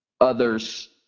others